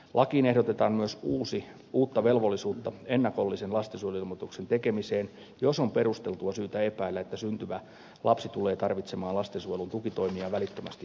lakiin ehdotetaan myös uutta velvollisuutta ennakollisen lastensuojeluilmoituksen tekemiseen jos on perusteltua syytä epäillä että syntyvä lapsi tulee tarvitsemaan lastensuojelun tukitoimia välittömästi syntymänsä jälkeen